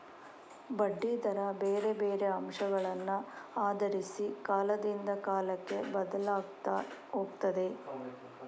ಬಡ್ಡಿ ದರ ಬೇರೆ ಬೇರೆ ಅಂಶಗಳನ್ನ ಆಧರಿಸಿ ಕಾಲದಿಂದ ಕಾಲಕ್ಕೆ ಬದ್ಲಾಗ್ತಾ ಹೋಗ್ತದೆ